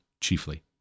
chiefly